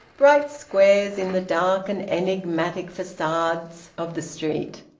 bright squares in the dark and enigmatic facades of the street.